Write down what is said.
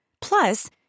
Plus